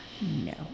No